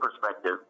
perspective